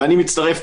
אני מצטרף,